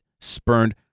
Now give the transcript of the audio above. spurned